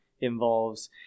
involves